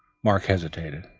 mark hesitated.